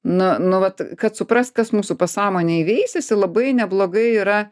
na nu vat kad suprast kas mūsų pasąmonėj veisiasi labai neblogai yra